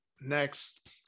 Next